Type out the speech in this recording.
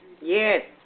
yes